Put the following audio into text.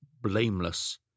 blameless